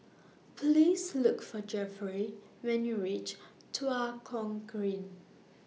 Please Look For Jeffrey when YOU REACH Tua Kong Green